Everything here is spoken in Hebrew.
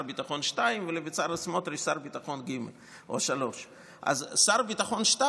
ביטחון 2 ולבצלאל סמוטריץ' שר ביטחון ג' או 3. אז שר ביטחון 2,